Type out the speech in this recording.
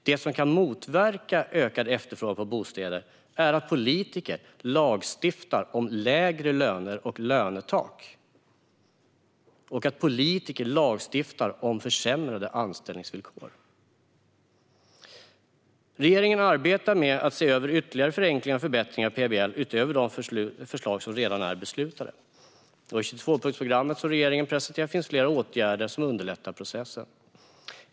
Det som kan motverka ökad efterfrågan på bostäder är att politiker lagstiftar om lägre löner och lönetak eller om försämrade anställningsvillkor. Regeringen arbetar med att se över ytterligare förenklingar och förbättringar av PBL, utöver de förslag som redan är beslutade. I det 22-punktsprogram som regeringen presenterar finns flera åtgärder som underlättar processen.